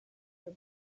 your